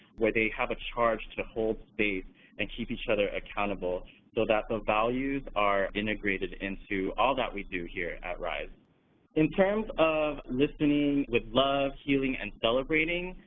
where they have a charge to hold space and keep each other accountable so that the values are integrated into all that we do here at ryse in terms of listening with love, healing, and celebrating,